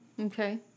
Okay